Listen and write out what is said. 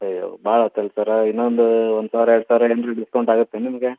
ಅಯ್ಯೋ ಭಾಳಾತಲ್ಲ ರೀ ಸರ ಇನ್ನೊಂದು ಒಂದು ಸಾವಿರ ಎರ್ಡು ಸಾವಿರ ಏನು ರೀ ಡಿಸ್ಕೌಂಟ್ ಆಗುತ್ತೆ ನಿಮಗೆ